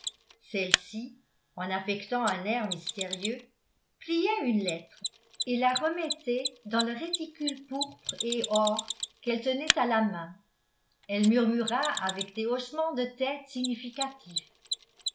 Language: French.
celle-ci en affectant un air mystérieux pliait une lettre et la remettait dans le réticule pourpre et or quelle tenait à la main elle murmura avec des hochements de tête significatifs